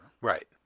Right